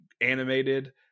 animated